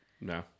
No